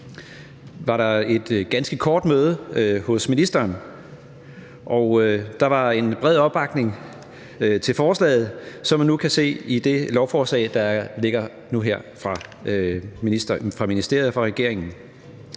var der et ganske kort møde hos ministeren, og der var bred opbakning til forslaget, som vi nu kan se i det lovforslag, der ligger her fra ministeren og regeringen.